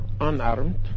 unarmed